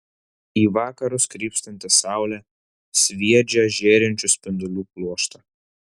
į vakarus krypstanti saulė sviedžia žėrinčių spindulių pluoštą